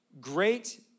great